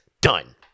Done